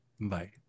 Bye